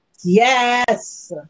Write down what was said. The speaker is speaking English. Yes